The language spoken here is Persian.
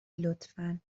لطفا